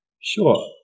Sure